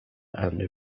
andy